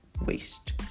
waste